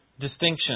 distinction